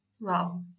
Wow